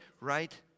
right